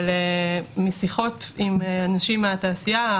אבל משיחות עם אנשים מהתעשייה,